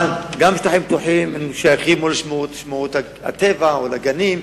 אבל גם שטחים פתוחים שייכים לרשות הטבע והגנים,